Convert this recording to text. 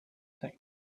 things